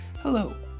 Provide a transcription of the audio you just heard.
Hello